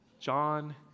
John